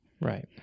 right